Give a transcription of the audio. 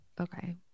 okay